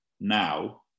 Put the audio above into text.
now